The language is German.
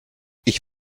ich